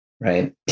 right